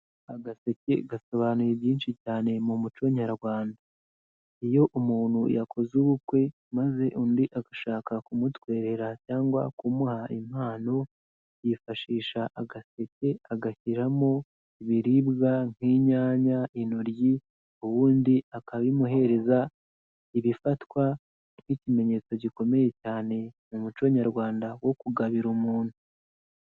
Agaseke gasobanuye byinshi cyane mu muco nyarwanda. Iyo umuntu yakoze ubukwe maze undi agashaka kumutwerera cyangwa kumuha impano, yifashisha agaseke agashyiramo ibiribwa nk'inyanya, intoryi ubundi akabimuhereza, ibifatwa nk'ikimenyetso gikomeye cyane mu muco nyarwanda wo kugabira umuntu.